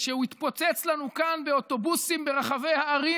שהוא התפוצץ לנו כאן באוטובוסים ברחבי הערים